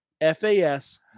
f-a-s